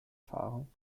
fahren